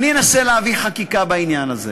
אני אנסה להביא חקיקה בעניין הזה.